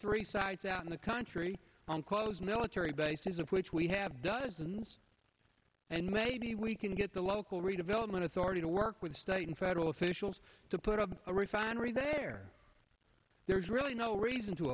three sides out in the country on close military bases of which we have dozens and maybe we can get the local redevelopment authority to work with state and federal officials to put up a refinery there there's really no reason to